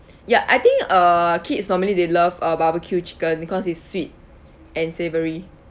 ya I think uh kids normally they love uh barbecue chicken because it's sweet and savoury